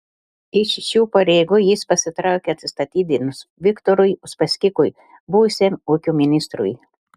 iš šių pareigų jis pasitraukė atsistatydinus viktorui uspaskichui buvusiam ūkio ministrui